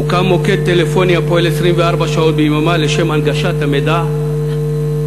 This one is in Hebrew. הוקם מוקד טלפוני הפועל 24 שעות ביממה לשם הנגשת המידע לציבור.